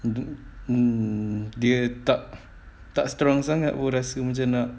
mm mm dia tak tak strong rasa macam nak